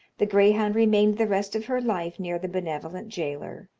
the greyhound remained the rest of her life near the benevolent jailor.